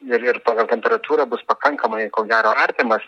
ir ir pagal temperatūrą bus pakankamai ko gero artimas